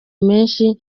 menshi